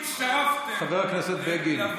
לו הצטרפתם, חבר הכנסת בגין.